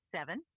seven